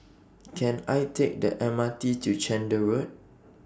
Can I Take The M R T to Chander Road